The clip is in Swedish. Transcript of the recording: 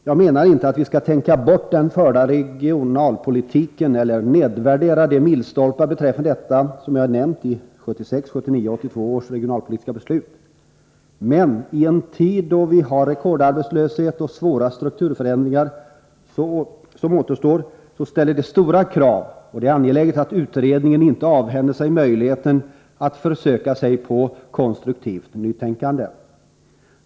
Jag menar inte att vi skall tänka bort den förda regionalpolitiken eller nedvärdera de milstolpar beträffande denna som ju finns i 1976, 1979 och 1982 års regionalpolitiska beslut. Men i en tid då vi har rekordarbetslöshet och svåra strukturförändringar som återstår, ställs det stora krav, och det är angeläget att utredningen inte avhänder sig möjligheten att försöka sig på ett konstruktivt nytänkande.